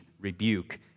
rebuke